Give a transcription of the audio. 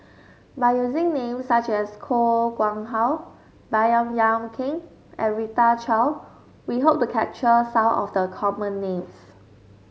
by using names such as Koh Nguang How Baey Yam Keng and Rita Chao we hope to capture some of the common names